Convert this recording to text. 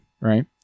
right